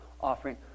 offering